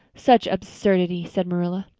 such absurdity! said marilla.